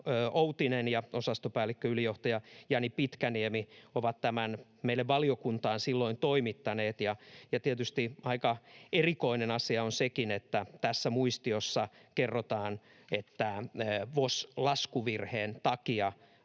Yläoutinen ja osastopäällikkö, ylijohtaja Jani Pitkäniemi ovat tämän meille valiokuntaan silloin toimittaneet — ja tietysti aika erikoinen asia on sekin, että tässä muistiossa kerrotaan, että VOS-laskuvirheen takia